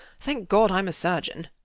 thank god i'm a surgeon!